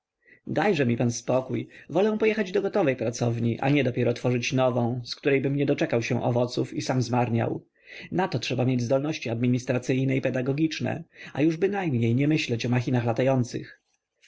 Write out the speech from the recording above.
dajże mi pan spokój wolę pojechać do gotowej pracowni a nie dopiero tworzyć nową z którejbym nie doczekał się owoców i sam zmarniał nato trzeba mieć zdolności administracyjne i pedagogiczne a już bynajmniej nie myśleć o machinach latających